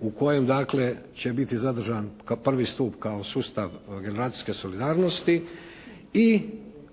u kojem dakle će biti zadržan kao I. stup sustav generacijske solidarnosti i dva